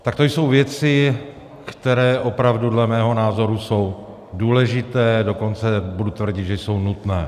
Tak to jsou věci, které opravdu dle mého názoru jsou důležité, dokonce budu tvrdit, že jsou nutné.